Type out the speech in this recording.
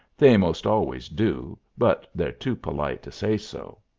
they most always do, but they're too polite to say so.